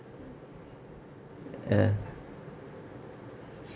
ah